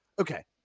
okay